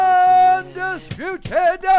undisputed